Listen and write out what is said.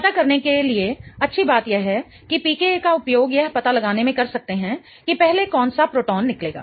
पता करने के लिए अच्छी बात यह है कि pKa का उपयोग यह पता लगाने में कर सकते हैं कि पहले कौन सा प्रोटॉन निकलेगा